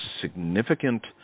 significant